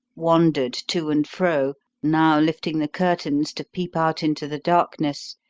wandered to and fro, now lifting the curtains to peep out into the darkness,